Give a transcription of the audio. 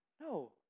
No